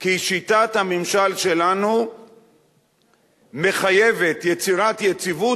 כי שיטת הממשל שלנו מחייבת יצירת יציבות